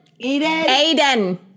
Aiden